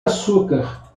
açúcar